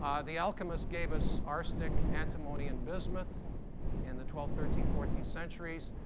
um the alchemists gave us arsenic, antimony, and bismuth in the twelfth, thirteenth, fourteenth centuries.